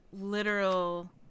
literal